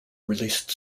released